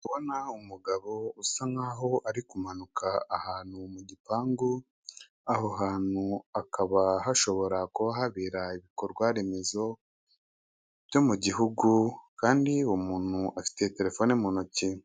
Uri kubona mugabo usa nkaho ari kumanuka ahantu mu gipangu, aho hantu hakaba hashobora kuba habera ibikorwa remezo byo mu gihugu. Kandi uwo umuntu afite telefone mu ntoki.